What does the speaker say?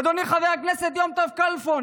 אדוני חבר הכנסת יום טוב כלפון,